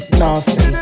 nasty